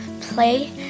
play